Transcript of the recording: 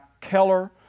Keller